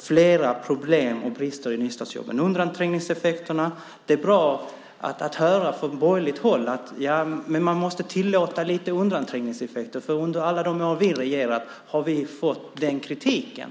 flera problem och brister i nystartsjobben, bland annat undanträngningseffekterna. Det är bra att höra från borgerligt håll att man måste tillåta lite undanträngningseffekter, för under alla år vi har regerat har vi fått den kritiken.